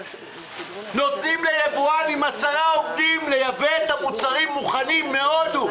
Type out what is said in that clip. נותנים ליבואן עם עשרה עובדים לייבא את המוצרים מוכנים מהודו.